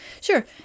Sure